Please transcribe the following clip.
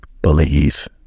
believe